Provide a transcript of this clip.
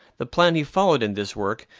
the plan he followed in this work,